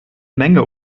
menge